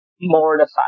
mortified